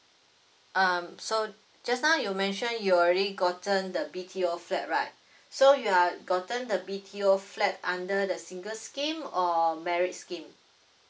um so just now you mentioned you already gotten the B_T_O flat right so you've gotten the B_T_O flat under the single scheme or married scheme